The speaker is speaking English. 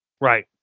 Right